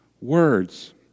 words